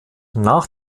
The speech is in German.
nach